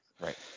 right